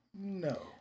No